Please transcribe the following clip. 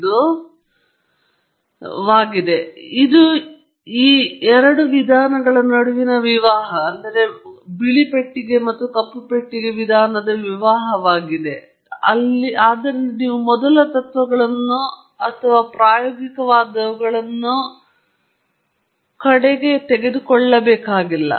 ಮೊದಲ ತತ್ವಗಳ ವಿಧಾನದಲ್ಲಿ ನಿಮಗೆ ಪ್ರಾರಂಭವಾಗಲು ಡೇಟಾ ಇಲ್ಲ ಆದರೆ ನೀವು ಪೆನ್ ಮತ್ತು ಕಾಗದವನ್ನು ಹೊಂದಿದ್ದೀರಿ ಮತ್ತು ನೀವು ಹೊಂದಿದ್ದೀರಿ ನೀವು ಪ್ರಕ್ರಿಯೆಯ ಭೌತಶಾಸ್ತ್ರದ ಉತ್ತಮ ತಿಳುವಳಿಕೆ ಹೊಂದಿದ್ದೀರಿ ಆದರೆ ಉತ್ತಮ ಪರಿಹಾರ ಕೆಲಸ ಪರಿಹಾರ ಇದು ಯಾವಾಗಲೂ ಬೂದು ಪೆಟ್ಟಿಗೆಯ ವಿಧಾನವಾಗಿದ್ದು ಅದು ಈ ಇಬ್ಬರ ವಿವಾಹವಾಗಿದ್ದು ಆದ್ದರಿಂದ ನೀವು ಮೊದಲ ತತ್ವಗಳನ್ನು ಅಥವಾ ಪ್ರಾಯೋಗಿಕವಾದವುಗಳನ್ನು ಕಡೆಗೆ ತೆಗೆದುಕೊಳ್ಳಬೇಕಾಗಿಲ್ಲ